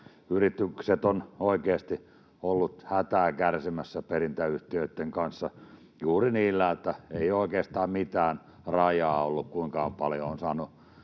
Yritykset ovat oikeasti olleet hätää kärsimässä perintäyhtiöitten kanssa. Niillä ei ole oikeastaan mitään rajaa ollut, kuinka paljon on saanut